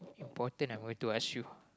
important I am going to ask you